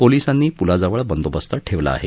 पोलिसांनी पुलाजवळ बंदोबस्त ठेवला आहे